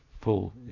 full